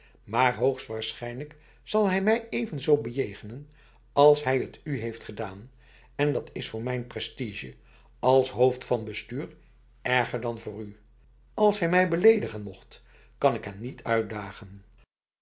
maar hoogstwaarschijnlijk zal hij mij evenzo bejegenen als hij het u heeft gedaan en dat is voor mijn prestige als hoofd van bestuur erger dan voor u als hij mij beledigen mocht kan ik hem niet uitdagen